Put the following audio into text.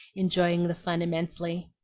enjoying the fun immensely.